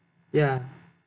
ya